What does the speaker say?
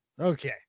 Okay